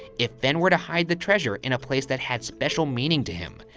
if fenn were to hide the treasure in a place that had special meaning to him,